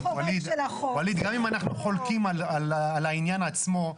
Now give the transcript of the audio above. ווליד, גם אם אנחנו חולקים על העניין עצמו.